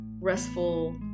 restful